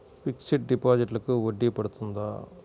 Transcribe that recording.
Fixed డిపాజిట్లకు వడ్డీ పడుతుందా?